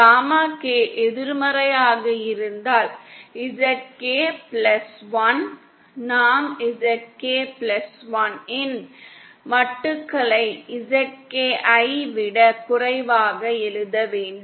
gamma K எதிர்மறையாக இருந்தால் ZK plus one நாம் ZK 1 இன் மட்டுக்களை ZK ஐ விட குறைவாக எழுத வேண்டும்